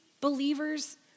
believers